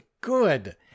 good